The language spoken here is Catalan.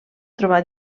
trobar